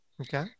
Okay